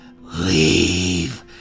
Leave